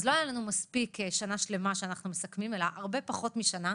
אז לא הייתה לנו שנה שלמה שאנחנו מסכמים אלא הרבה פחות משנה,